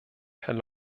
herr